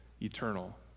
eternal